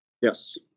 Yes